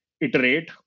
iterate